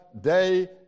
day